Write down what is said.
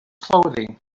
clothing